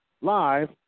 live